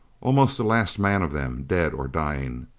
almost the last man of them dead or dying.